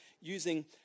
using